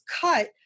cut